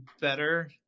better